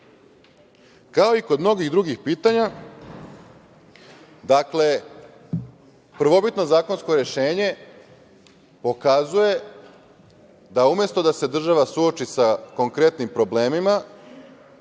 kao i kod mnogih drugih pitanja? Dakle, prvobitno zakonsko rešenje pokazuje da umesto da se država suoči sa konkretnim problemima